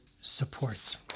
supports